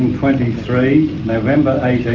twenty three. november eighteen,